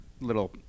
little